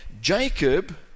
Jacob